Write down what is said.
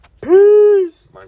peace